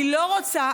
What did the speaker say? אני לא רוצה,